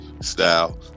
style